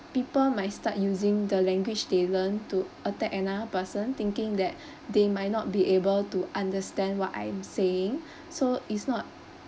people might start using the language they learn to attack another person thinking that they might not be able to understand what I am saying so it's not